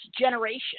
generation